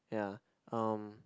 ya um